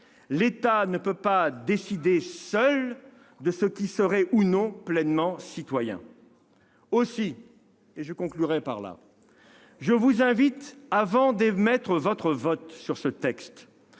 L'État ne peut pas décider seul de qui serait ou non pleinement citoyen. Aussi, et j'en viens à ma conclusion, je vous invite, avant d'émettre votre vote sur ce texte,